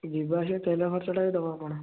ଯିବା ଆସିବା ତେଲ ଖର୍ଚ୍ଚଟା ବି ଦବ ଆପଣ